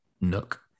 Nook